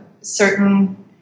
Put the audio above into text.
certain